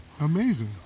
Amazing